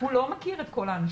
הוא לא מכיר את כל האנשים,